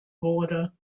wurde